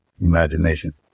imagination